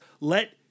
let